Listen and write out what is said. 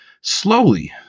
slowly